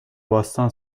باستان